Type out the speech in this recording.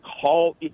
call